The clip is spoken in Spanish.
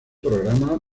programa